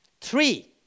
Three